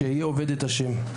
שאהיה עובד את השם.